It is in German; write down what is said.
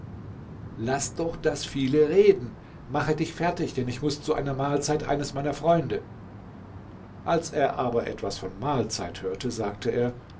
laß doch das viele reden mache dich fertig denn ich muß zu einer mahlzeit eines meiner freunde als er aber etwas von mahlzeit hörte sagte er